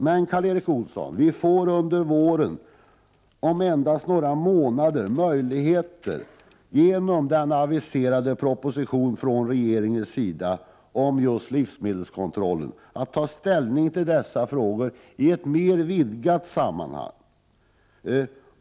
Men, Karl Erik Olsson, vi får under våren, om endast några månader, genom den aviserade propositionen från regeringen om just livsmedelskontrollen, möjligheter att ta ställning till just dessa frågor i ett vidare sammanhang.